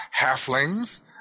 halflings